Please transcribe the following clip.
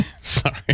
Sorry